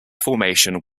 formation